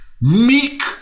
meek